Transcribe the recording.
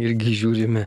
irgi žiūrime